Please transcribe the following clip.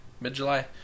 mid-July